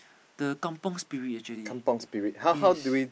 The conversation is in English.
the kampung Spirit actually yes